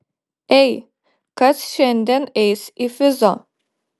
ei kas šiandien eis į fizo